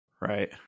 Right